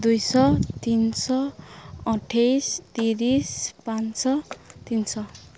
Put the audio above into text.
ଦୁଇଶହ ତିନଶହ ଅଠେଇଶି ତିରିଶି ପାଞ୍ଚଶହ ତିନିଶହ